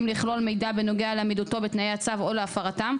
לכלול מידע בנוגע לעמידתו בתנאי הצו או להפרתם,